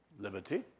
Liberty